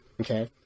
Okay